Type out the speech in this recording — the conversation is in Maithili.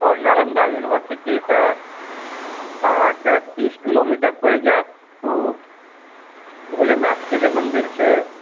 आओर नालन्दा यूनिवर्सिटीसँ अहाँके तीस किलोमीटर पड़ि जायत उ भोलेनाथके जे मन्दिर छै